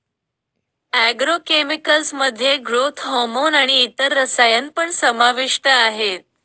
agro chemicals मध्ये growth hormone आणि इतर रसायन पण समाविष्ट आहेत